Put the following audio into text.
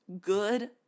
good